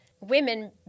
women